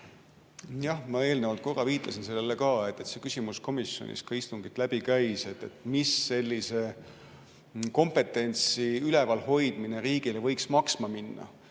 Jah, ma eelnevalt korra viitasin sellele, et see küsimus komisjoni istungilt läbi käis, et mis sellise kompetentsi ülevalhoidmine riigile võiks maksma minna.